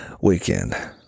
weekend